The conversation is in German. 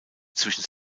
zwischen